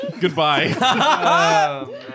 Goodbye